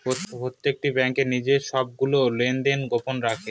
প্রত্যেকটি ব্যাঙ্ক নিজের সবগুলো লেনদেন গোপন রাখে